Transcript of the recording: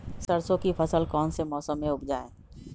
सरसों की फसल कौन से मौसम में उपजाए?